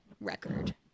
record